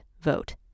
vote